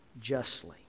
justly